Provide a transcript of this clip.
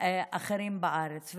אחרים בארץ.